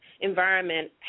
environment